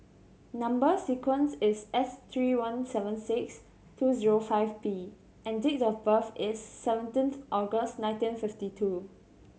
number sequence is S three one seven six two zero five B and date of birth is seventeenth August nineteen fifty two